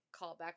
callback